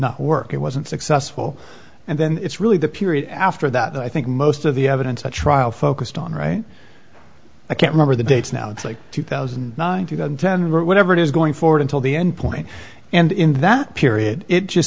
not work it wasn't successful and then it's really the period after that i think most of the evidence the trial focused on right i can't remember the dates now it's like two thousand nine hundred ten and whatever it is going forward until the end point and in that period it just